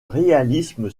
réalisme